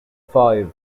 five